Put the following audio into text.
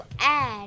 add